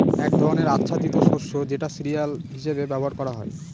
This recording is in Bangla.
এক ধরনের আচ্ছাদিত শস্য যেটা সিরিয়াল হিসেবে ব্যবহার করা হয়